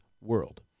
world